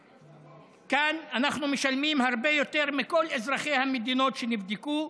כאן אנחנו משלמים הרבה יותר מכל אזרחי המדינות שנבדקו.